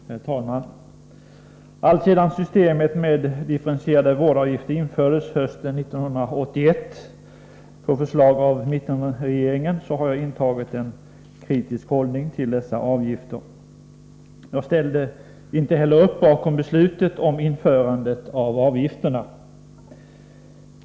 Herr talman! Alltsedan systemet med differentierade vårdavgifter infördes hösten 1981 på förslag av mittenregeringen har jag intagit en kritisk hållning till dessa avgifter. Jag ställde inte heller upp bakom beslutet om införande av avgifterna.